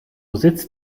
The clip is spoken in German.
sitzt